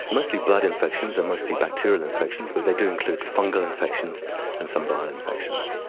mostly blood infections and mostly bacterial infections but they do include fungal infections and some viral infections.